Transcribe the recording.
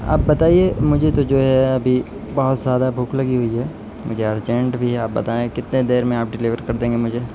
آپ بتائیے مجھے تو جو ہے ابھی بہت زیادہ بھوک لگی ہوئی ہے مجھے ارجنٹ بھی آپ بتائیں کتنے دیر میں آپ ڈلیور کر دیں گے مجھے